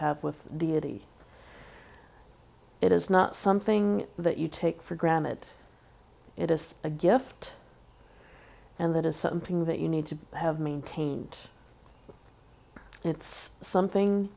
have with deity it is not something that you take for granted it is a gift and that is something that you need to have maintained it's something